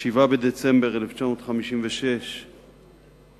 ב-7 בדצמבר 1956 הקדיש